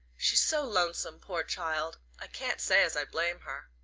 she's so lonesome, poor child i can't say as i blame her.